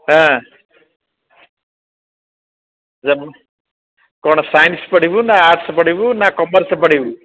ହଁ କ'ଣ ସାଇନ୍ସ ପଢ଼ିବୁ ନା ଆର୍ଟସ୍ ପଢ଼ିବୁ ନା କମର୍ସ ପଢ଼ିବୁ